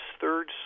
third